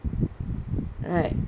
[right]